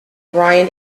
brian